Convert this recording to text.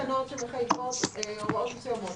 יש פה תקנות שמחייבות הוראות מסוימות,